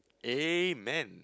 Amen